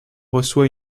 reçoit